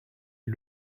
est